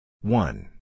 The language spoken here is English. One